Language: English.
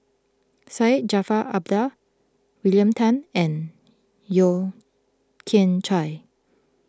Syed Jaafar Albar William Tan and Yeo Kian Chai